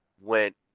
went